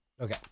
Okay